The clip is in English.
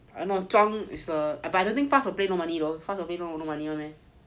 I know but I don't think faz will play no money though faz will play no no money [one] meh